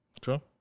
True